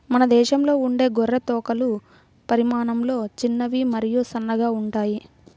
మన దేశంలో ఉండే గొర్రె తోకలు పరిమాణంలో చిన్నవి మరియు సన్నగా ఉంటాయి